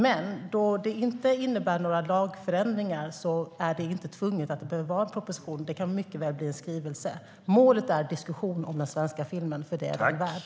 Men då det inte innebär några lagförändringar behöver det inte tvunget vara en proposition. Det kan mycket väl bli en skrivelse. Målet är dock en diskussion om den svenska filmen, för det är den värd.